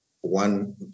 one